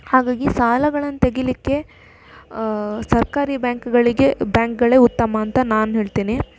ಹಾಗಾಗಿ ಸಾಲಗಳನ್ನು ತೆಗಿಯಲಿಕ್ಕೆ ಸರ್ಕಾರಿ ಬ್ಯಾಂಕ್ಗಳಿಗೆ ಬ್ಯಾಂಕ್ಗಳೇ ಉತ್ತಮ ಅಂತ ನಾನು ಹೇಳ್ತೀನಿ